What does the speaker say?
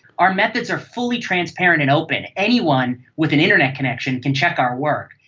our methods are fully transparent and open. anyone with an internet connection can check our work,